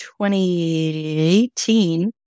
2018